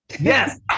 yes